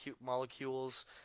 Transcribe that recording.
molecules